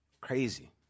Crazy